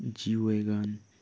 G wagon